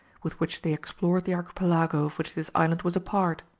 with which they explored the archipelago of which this island was a part.